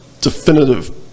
definitive